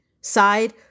side